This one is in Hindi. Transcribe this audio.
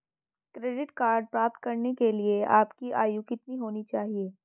क्रेडिट कार्ड प्राप्त करने के लिए आपकी आयु कितनी होनी चाहिए?